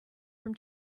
from